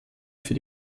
für